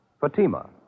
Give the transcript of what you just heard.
Fatima